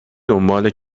دنبال